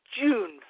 June